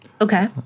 Okay